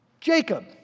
Jacob